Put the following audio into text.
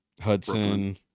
Hudson